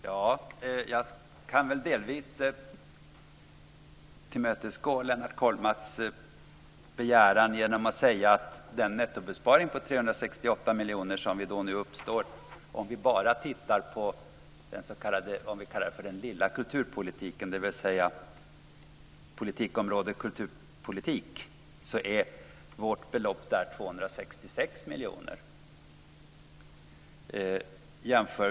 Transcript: Fru talman! Jag kan delvis tillmötesgå Lennart Kollmats begäran genom att säga att vid den nettobesparing på 368 miljoner som uppstår om vi bara tittar på den s.k. lilla kulturpolitiken, dvs. politikområde kulturpolitik, så är vårt belopp där 266 miljoner.